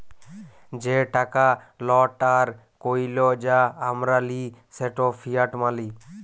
যে টাকা লট আর কইল যা আমরা লিই সেট ফিয়াট মালি